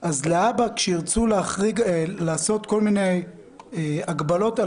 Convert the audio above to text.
אז להבא כשירצו לעשות כל מיני הגבלות על